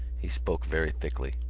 he spoke very thickly.